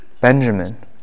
Benjamin